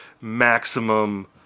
maximum